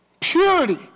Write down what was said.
purity